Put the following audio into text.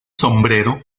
sombrero